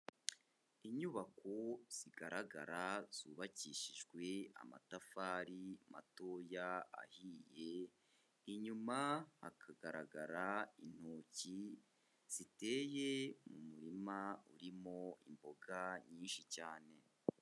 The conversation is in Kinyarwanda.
Inyubako zigaragara zubakishijwe amatafari matoya ahiye, inyuma hakagaragara intoki ziteye mu murima urimo imboga nyinshi cyane.